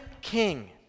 king